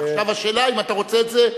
עכשיו השאלה אם אתה רוצה את זה,